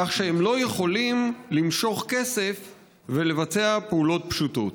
כך שהם לא יכולים למשוך כסף ולבצע פעולות פשוטות.